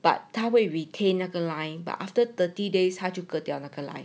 but 他会 retain 那个 line but after thirty days 他就割掉那个 line